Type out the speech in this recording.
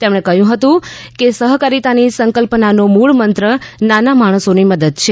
તેમણે કહ્યું કે સહકારિતાની સંકલ્પનાનો મુળમંત્ર નાના માણસોની મદદ છે